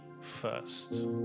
first